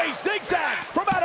a zig-zag from